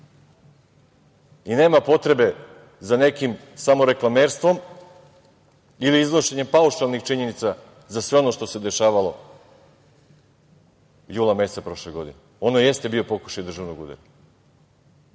Nema potrebe za nekim samoreklamerstvom ili iznošenjem paušalnih činjenica za sve ono što se dešavalo jula meseca prošle godine. Ono jeste bio pokušaj državnog udara,